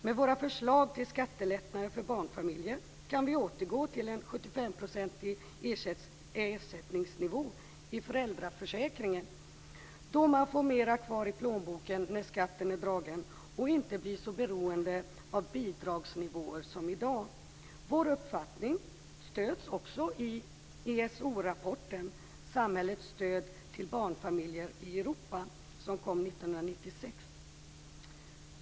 Med våra förslag till skattelättnader för barnfamiljer kan vi återgå till en 75-procentig ersättningsnivå i föräldraförsäkringen, då man får mera kvar i plånboken när skatten är dragen och inte blir så beroende av bidragsnivåer som i dag. Vår uppfattning stöds också i ESO-rapporten Samhällets stöd till barnfamiljerna i Europa, som kom 1996.